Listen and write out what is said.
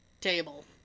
table